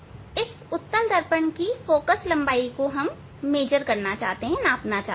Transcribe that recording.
हम इस उत्तल दर्पण की फोकललंबाई को नापना चाहते हैं